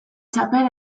txapel